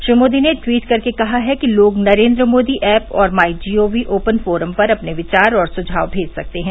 श्री मोदी ने ट्वीट कर कहा है कि लोग नरेन्द्र मोदी ऐप और my G O V open forum पर अपने विचार और सुझाव भेज सकते हैं